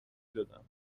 دادم